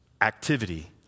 activity